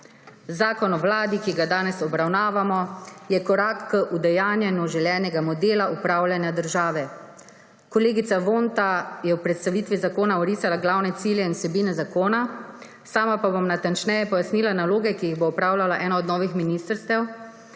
Zakon o Vladi, ki ga danes obravnavamo, je korak k udejanjanju želenega modela upravljanja države. Kolegica Vonta je v predstavitvi zakona orisala glavne cilje in vsebine zakona, sama pa bom natančneje pojasnila naloge, ki jih bo opravljala ena od novih ministerstev,